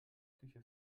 küche